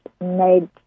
made